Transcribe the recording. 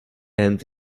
end